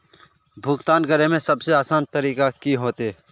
भुगतान करे में सबसे आसान तरीका की होते?